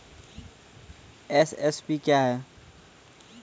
MSP क्या है?